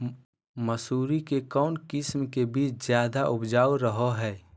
मसूरी के कौन किस्म के बीच ज्यादा उपजाऊ रहो हय?